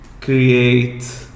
create